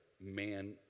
man